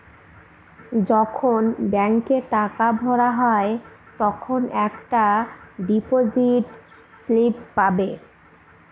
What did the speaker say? যখন ব্যাঙ্কে টাকা ভরা হয় তখন একটা ডিপোজিট স্লিপ পাবে